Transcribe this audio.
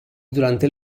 durante